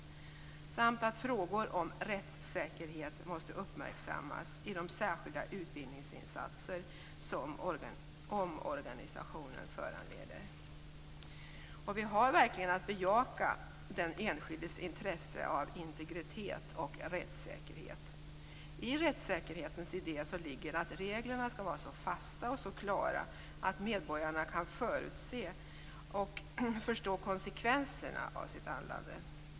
Det står också att frågor om rättssäkerhet måste uppmärksammas i de särskilda utbildningsinsatser som omorganisationen föranleder. Vi har verkligen att bejaka den enskildes intresse av integritet och rättssäkerhet. I rättssäkerhetens idé ligger att reglerna skall vara så fasta och så klara att medborgarna kan förutse och förstå konsekvenserna av sitt handlande.